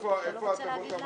איפה הטבות המס?